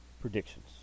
Predictions